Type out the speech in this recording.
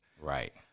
Right